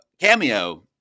cameo